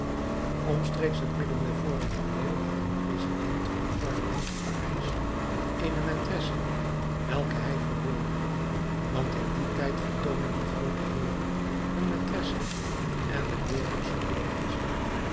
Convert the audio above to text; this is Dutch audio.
omstreeks het midden der vorige eeuw had een president van het parlement te parijs eene maîtresse welke hij verborg want in dien tijd vertoonden de groote heeren hun maitressen en de burgers verborgen ze